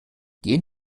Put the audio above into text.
gehen